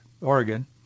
Oregon